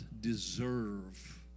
deserve